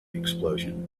explosion